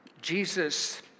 Jesus